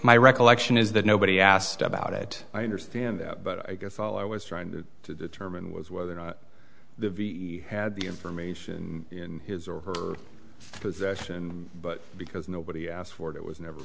my recollection is that nobody asked about it i understand that but i guess all i was trying to determine was whether or not the ve had the information in his or her possession but because nobody asked for it it was never